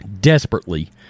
desperately